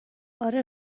آره